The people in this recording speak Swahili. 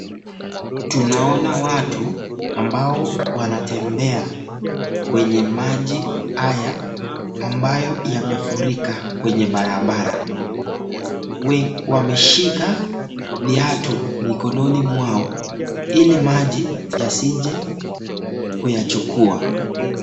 Tunaona watu ambao wanatembea kwenye maji haya ambayo yamefurika kwenye barabara. Wameshika viatu mikononi mwao ili maji isije kuyachukua.